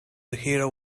heroin